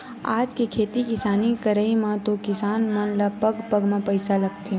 आज के खेती किसानी करई म तो किसान मन ल पग पग म पइसा लगथे